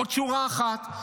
עוד שורה אחת.